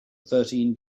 thirteen